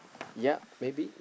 yep maybe